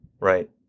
Right